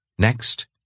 Next